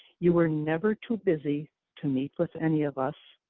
you were never too busy to meet with any of us,